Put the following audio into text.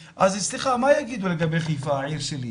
סליחה, מה יגידו לגבי חיפה, העיר שלי?